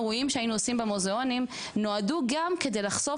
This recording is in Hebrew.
אירועים שהיינו עושים במוזיאונים נועדו גם כדי לחשוף